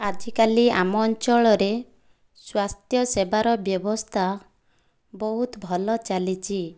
ଆଜିକାଲି ଆମ ଅଞ୍ଚଳରେ ସ୍ୱାସ୍ଥ୍ୟସେବାର ବ୍ୟବସ୍ଥା ବହୁତ ଭଲ ଚାଲିଛି